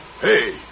Hey